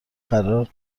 قرار